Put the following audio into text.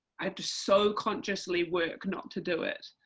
i have to so consciously work, not to do it,